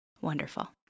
Wonderful